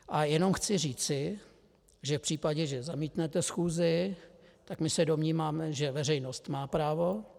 A jenom chci říci, že v případě, že zamítnete schůzi, tak my se domníváme, že veřejnost má právo.